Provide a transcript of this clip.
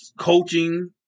coaching